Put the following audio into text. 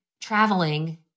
traveling